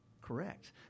correct